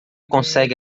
consegue